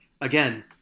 again